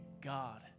God